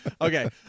Okay